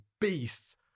beasts